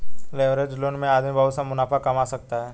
leveraged loan में आदमी बहुत सा मुनाफा कमा सकता है